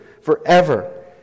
forever